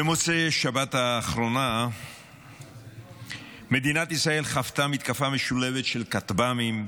במוצאי השבת האחרונה מדינת ישראל חוותה מתקפה משולבת של כטב"מים,